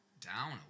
down